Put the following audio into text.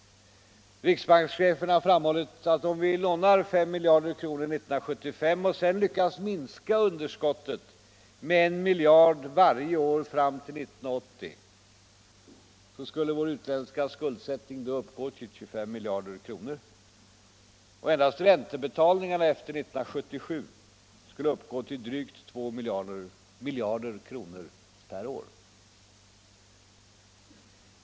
Riksbankschefen har framhållit att om vi lånar 5 miljarder kronor 1975 och sedan lyckas minska underskottet med 1 miljard varje år fram till 1980, skulle vår utländska skuldsättning då uppgå till 25 miljarder kronor. Endast räntebetalningarna efter 1977 skulle uppgå till drygt 2 miljarder kronor per år.